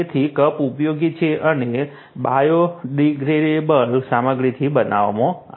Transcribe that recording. તેથી કપ ઉપયોગી છે અને બાયોડિગ્રેડેબલ સામગ્રીથી બનાવવામાં આવે છે